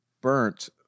burnt